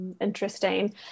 Interesting